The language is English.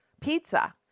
pizza